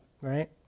right